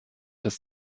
des